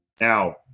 Now